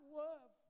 love